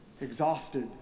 exhausted